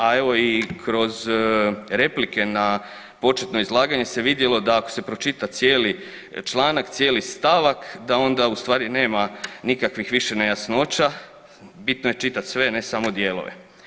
A evo i kroz replike na početno izlaganje se vidjelo da ako se pročita cijeli članak, cijeli stavak da onda ustvari nema nikakvih više nejasnoća, bitno je čitati sve ne samo dijelove.